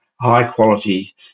high-quality